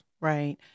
Right